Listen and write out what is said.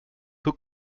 peu